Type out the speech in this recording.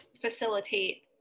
facilitate